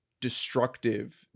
destructive